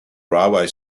railway